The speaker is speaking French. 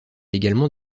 également